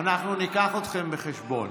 אנחנו ניקח אתכם בחשבון.